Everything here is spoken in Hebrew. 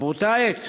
ובאותה עת